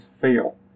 fail